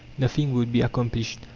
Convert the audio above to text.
nothing would be accomplished.